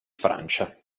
francia